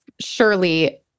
surely